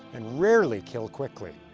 and rarely kill quickly.